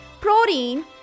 protein